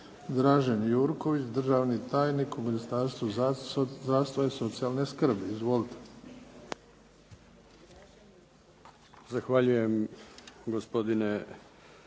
Dražen Jurković, državni tajnik u Ministarstvu zdravstva i socijalne skrbi. Izvolite.